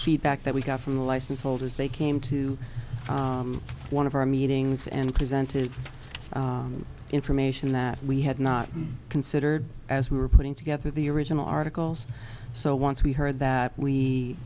feedback that we got from the license holders they came to one of our meetings and presented information that we had not considered as we were putting together the original articles so once we heard that we